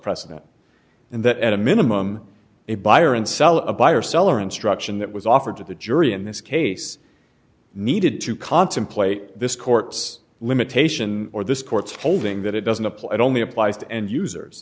that at a minimum a buyer and seller a buyer seller instruction that was offered to the jury in this case needed to contemplate this court's limitation or this court's holding that it doesn't apply it only applies to end users